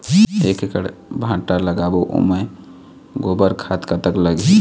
एक एकड़ भांटा लगाबो ओमे गोबर खाद कतक लगही?